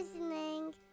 listening